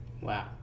Wow